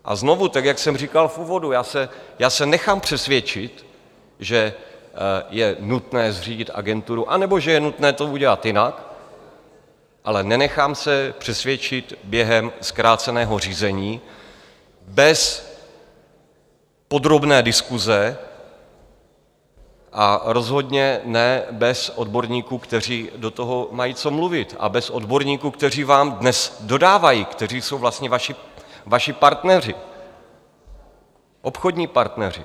A znovu, tak jak jsem říkal v úvodu: já se nechám přesvědčit, že je nutné zřídit agenturu anebo že je nutné to udělat jinak, ale nenechám se přesvědčit během zkráceného řízení bez podrobné diskuse a rozhodně ne bez odborníků, kteří do toho mají co mluvit, a bez odborníků, kteří vám dnes dodávají, kteří jsou vlastně vaši partneři, obchodní partneři.